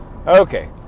Okay